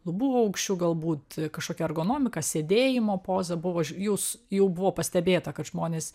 lubų aukščių galbūt kažkokia ergonomika sėdėjimo poza buvo jūs jau buvo pastebėta kad žmonės